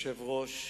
אדוני היושב-ראש,